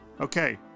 Okay